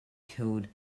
killed